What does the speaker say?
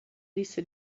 lisa